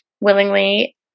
willingly